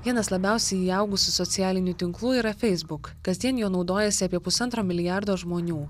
vienas labiausiai įaugusių socialinių tinklų yra facebook kasdien juo naudojasi apie pusantro milijardo žmonių